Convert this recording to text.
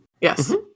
Yes